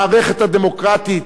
המערכת הדמוקרטית,